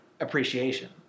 appreciation